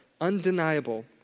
undeniable